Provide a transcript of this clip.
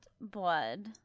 blood